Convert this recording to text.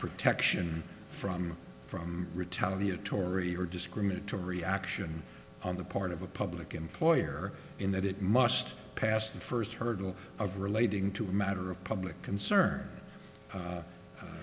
protection from from retaliatory or discriminatory action on the part of a public employer in that it must pass the first hurdle of relating to a matter of public concern